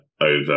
over